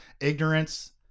ignorance